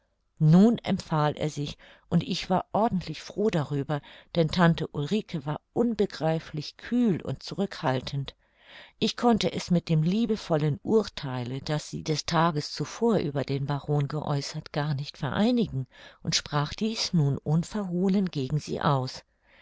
endlich empfahl er sich und ich war ordentlich froh darüber denn tante ulrike war unbegreiflich kühl und zurückhaltend ich konnte es mit dem liebevollen urtheile das sie des tages zuvor über den baron geäußert gar nicht vereinigen und sprach dies nun unverhohlen gegen sie aus